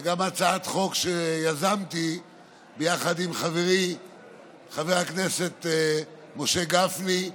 וגם זו הצעת חוק שיזמתי ביחד עם חברי חבר הכנסת משה גפני,